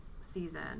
season